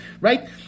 right